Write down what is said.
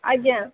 ଆଜ୍ଞା